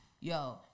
Yo